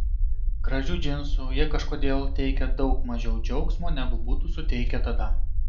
gražių džinsų jie kažkodėl teikia daug mažiau džiaugsmo negu būtų suteikę tada